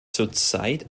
zurzeit